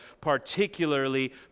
particularly